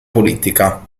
politica